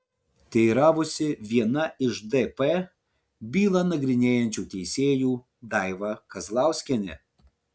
teiravosi viena iš dp bylą nagrinėjančių teisėjų daiva kazlauskienė